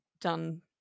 done